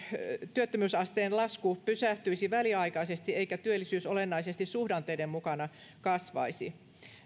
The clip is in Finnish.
työttömyysasteen lasku pysähtyisi väliaikaisesti eikä työllisyys olennaisesti suhdanteiden mukana kasvaisi